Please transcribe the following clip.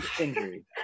injury